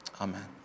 amen